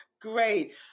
Great